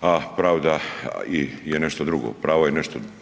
a pravda je nešto drugo, pravo je nešto,